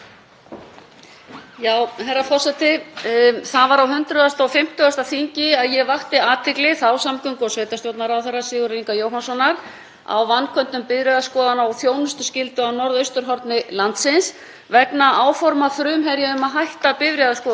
á vanköntum bifreiðarskoðana og þjónustuskyldu á norðausturhorni landsins vegna áforma Frumherja um að hætta bifreiðaskoðun á Þórshöfn á Langanesi, Raufarhöfn og Kópaskeri. Það mál var þó annars eðlis en óneitanlega eru á því máli og þessu margir sameiginlegir snertifletir.